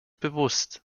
bewusst